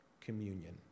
communion